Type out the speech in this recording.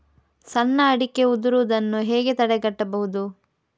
ಸಣ್ಣ ಅಡಿಕೆ ಉದುರುದನ್ನು ಹೇಗೆ ತಡೆಗಟ್ಟಬಹುದು?